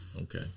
Okay